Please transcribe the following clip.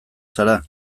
zara